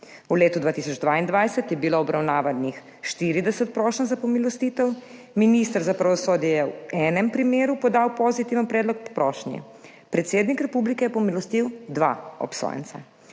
V letu 2022 je bilo obravnavanih 40 prošenj za pomilostitev. Minister za pravosodje je v enem primeru podal pozitiven predlog k prošnji, predsednik republike je pomilostil dva obsojenca.